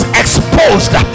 exposed